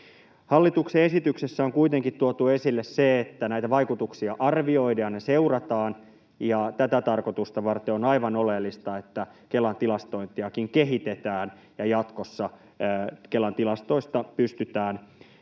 Hallituksen esityksessä on kuitenkin tuotu esille se, että näitä vaikutuksia arvioidaan ja seurataan, ja tätä tarkoitusta varten on aivan oleellista, että Kelan tilastointiakin kehitetään ja jatkossa Kelan tilastoista pystytään